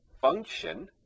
function